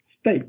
state